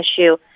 issue